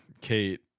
Kate